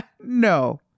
no